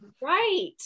Right